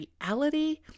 reality